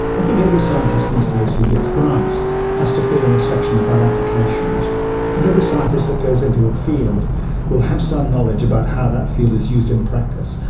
i think every scientist these days who gets grants has to fill in a section about applications. i think every scientist that goes into a field will have some knowledge about how that field is used in practice,